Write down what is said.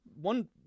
one